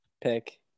pick